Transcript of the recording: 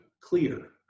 clear